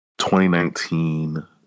2019